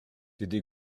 wedi